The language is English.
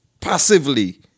passively